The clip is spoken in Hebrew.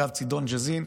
לקו צידון-ג'זין,